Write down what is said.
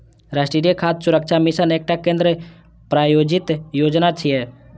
राष्ट्रीय खाद्य सुरक्षा मिशन एकटा केंद्र प्रायोजित योजना छियै